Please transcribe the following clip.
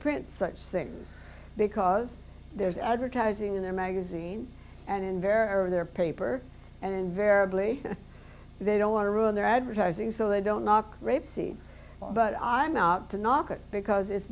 print such things because there's advertising in their magazine and in vero their paper and verily they don't want to ruin their advertising so they don't knock rapeseed but i'm out to knock it because it's